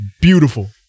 beautiful